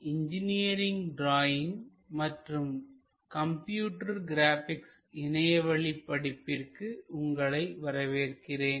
NPTEL லின் engineering drawing மற்றும் computer graphics இணையவழி படிப்பிற்கு உங்களை வரவேற்கிறேன்